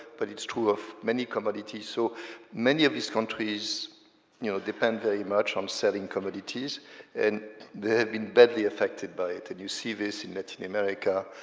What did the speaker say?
but it's true of many commodities, so many of these countries you know depend very much on selling and they have been badly affected by it and you see this in latin america,